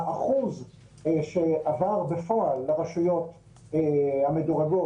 האחוז שעבר בפועל לרשויות המדורגות